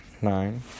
nine